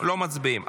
לא מצביעים.